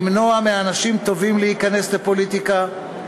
למנוע מאנשים טובים להיכנס לפוליטיקה?